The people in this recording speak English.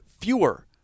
fewer